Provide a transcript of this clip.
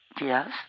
Yes